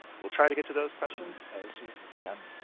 we'll try to get to those questions as soon as we can,